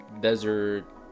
desert